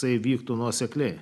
tai vyktų nuosekliai